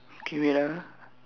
okay wait ah